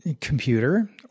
computer